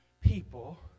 people